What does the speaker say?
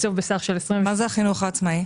תקצוב בסך של --- מה זה החינוך העצמאי?